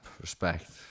Respect